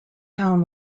town